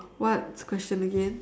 what this question again